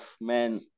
man